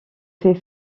fait